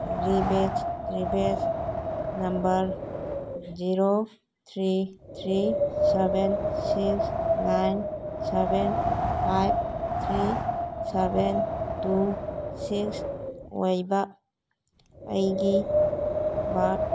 ꯔꯤꯕꯦꯠꯁ number zero three three seven six nine seven five three seven two six ꯑꯣꯏꯕ ꯑꯩꯒꯤ birth